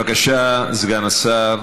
בבקשה, סגן השר